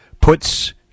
puts